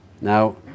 Now